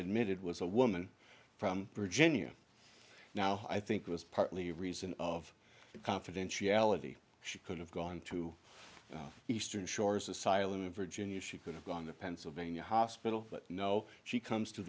mid was a woman from virginia now i think it was partly the reason of confidentiality she could have gone to eastern shores asylum in virginia she could have gone the pennsylvania hospital but no she comes to